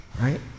right